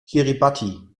kiribati